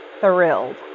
thrilled